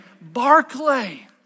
Barclay